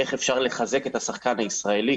איך אפשר לחזק את השחקן הישראלי,